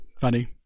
Funny